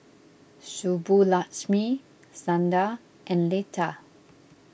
Subbulakshmi Sundar and Lata